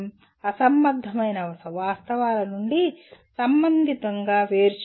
అసంబద్ధమైన వాస్తవాల నుండి సంబంధితంగా వేరుచేయడం